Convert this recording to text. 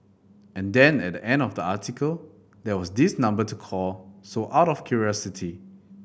and then at the end of the article there was this number to call so out of curiosity